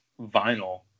vinyl